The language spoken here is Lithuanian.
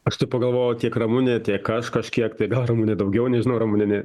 aš tai pagalvojau tiek ramunė tiek aš kažkiek tai gal ramunė daugiau nežinau gal ramune